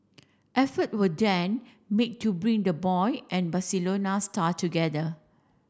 effort were then made to bring the boy and Barcelona star together